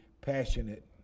passionate